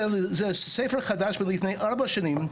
זה ספר חדש, מלפני ארבע שנים.